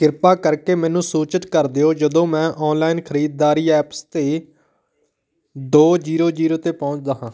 ਕ੍ਰਿਪਾ ਕਰਕੇ ਮੈਨੂੰ ਸੂਚਿਤ ਕਰ ਦਿਉ ਜਦੋਂ ਮੈਂ ਔਨਲਾਇਨ ਖਰੀਦਦਾਰੀ ਐਪਸ 'ਤੇ ਦੋ ਜੀਰੋ ਜੀਰੋ 'ਤੇ ਪਹੁੰਚਦਾ ਹਾਂ